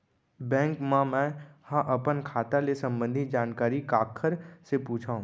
Bank मा मैं ह अपन खाता ले संबंधित जानकारी काखर से पूछव?